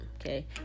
okay